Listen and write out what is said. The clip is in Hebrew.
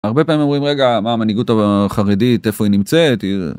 הרבה פעמים אומרים: "רגע, מה, המנהיגות החרדית — איפה היא נמצאת?"